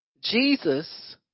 Jesus